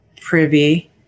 privy